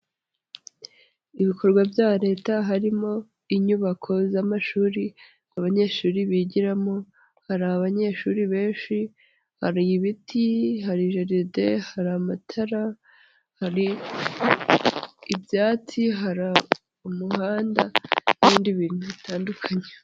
Ibikorwa bya leta harimo inyubako z'amashuri abanyeshuri bigiramo, hari abanyeshuri benshi, hari ibiti, hari jeride, hari amatara, hari ibyatsi, hari umuhanda n'ibindi bintu bitandukanye.